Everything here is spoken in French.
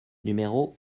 numéro